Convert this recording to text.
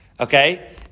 Okay